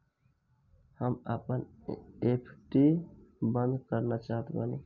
हम आपन एफ.डी बंद करना चाहत बानी